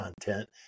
content